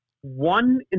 one